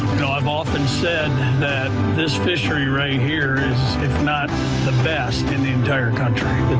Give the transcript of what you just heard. now, i've often said that this fishery right here is, if not the best in the entire country.